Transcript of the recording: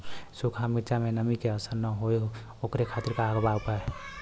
सूखा मिर्चा में नमी के असर न हो ओकरे खातीर का उपाय बा?